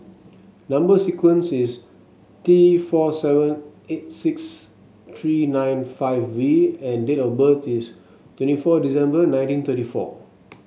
number sequence is T four seven eight six three nine five V and date of birth is twenty four December nineteen thirty four